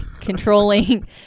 controlling